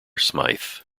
smyth